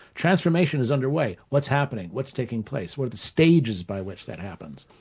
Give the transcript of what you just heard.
transformation is under way. what's happening? what's taking place? what are the stages by which that happens?